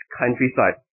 countryside